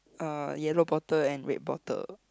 a yellow bottle and red bottle